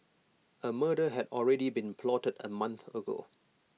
A murder had already been plotted A month ago